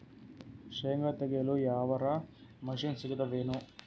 ಶೇಂಗಾ ತೆಗೆಯಲು ಯಾವರ ಮಷಿನ್ ಸಿಗತೆದೇನು?